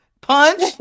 punch